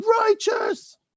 Righteous